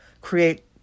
create